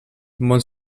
molts